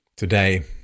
Today